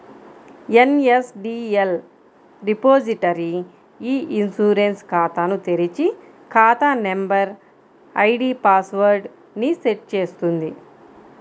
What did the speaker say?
NSDL repository e insurance ఖాతాను తెరిచి, ఖాతా నంబర్, ఐడీ పాస్ వర్డ్ ని సెట్ చేస్తుంది